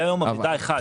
היה יום עבודה אחד.